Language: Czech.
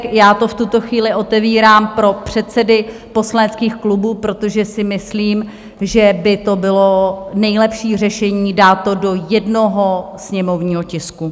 Já to v tuto chvíli otevírám pro předsedy poslaneckých klubů, protože si myslím, že by to bylo nejlepší řešení, dát to do jednoho sněmovního tisku.